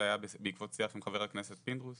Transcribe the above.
זה היה בעקבות שיח עם חבר הכנסת פינדרוס.